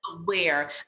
aware